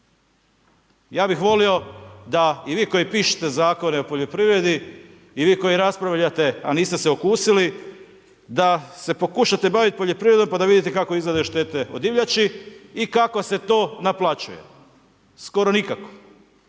Ja bih volio da i vi koji pište Zakone o poljoprivredi, i vi koji raspravljate, a niste se okusili, da se pokušate baviti poljoprivredom, pa da vidite kako izgledaju štete od divljači i kako se to naplaćuje. Skoro nikako.